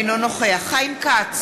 אינו נוכח חיים כץ,